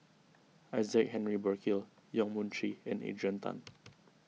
Isaac Henry Burkill Yong Mun Chee and Adrian Tan